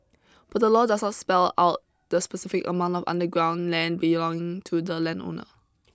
but the law does not spell out the specific amount of underground land belonging to the landowner